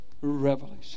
revelation